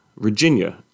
Virginia